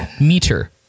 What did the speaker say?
meter